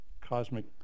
cosmic